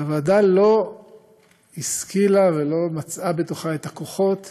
אבל הוועדה לא השכילה ולא מצאה בתוכה את הכוחות